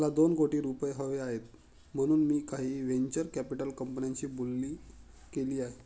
मला दोन कोटी रुपये हवे आहेत म्हणून मी काही व्हेंचर कॅपिटल कंपन्यांशी बोलणी केली